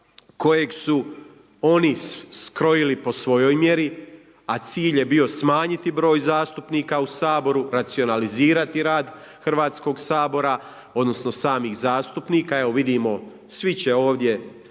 kojeg su oni skrojili po svojoj mjeri a cilj je bio smanjiti broj zastupnika u Saboru, racionalizirati rad Hrvatskog sabora, odnosno samih zastupnika. Evo, vidimo svi će ovdje